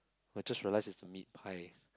I just realised is a meat pie